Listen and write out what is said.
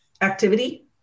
activity